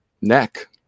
neck